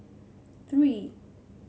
three